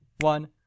one